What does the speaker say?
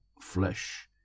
flesh